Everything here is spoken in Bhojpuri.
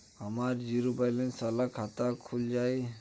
हमार जीरो बैलेंस वाला खाता खुल जाई?